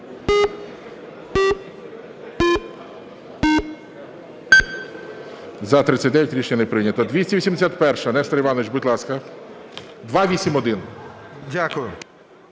За-39 Рішення не прийнято. 281-а, Нестор Іванович, будь ласка. 281.